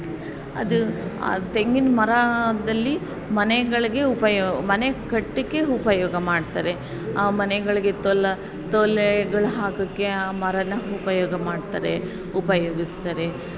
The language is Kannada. ಅದು ಆ ತೆಂಗಿನ ಮರದಲ್ಲಿ ಮನೆಗಳಿಗೆ ಉಪಯೋಗ ಮನೆ ಕಟ್ಟೋಕ್ಕೆ ಉಪಯೋಗ ಮಾಡ್ತಾರೆ ಆ ಮನೆಗಳಿಗೆ ತೊಲೆ ತೊಲೆಗಳು ಹಾಕೋಕ್ಕೆ ಆ ಮರನ ಉಪಯೋಗ ಮಾಡ್ತಾರೆ ಉಪಯೋಗಿಸ್ತಾರೆ